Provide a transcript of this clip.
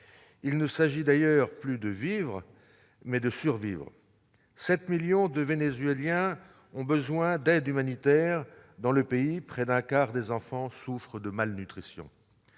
Il ne s'agit d'ailleurs plus de vivre, mais de survivre. Au total, 7 millions de Vénézuéliens ont besoin d'aide humanitaire et, dans le pays, près d'un quart des enfants souffrent de malnutrition.